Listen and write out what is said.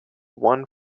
one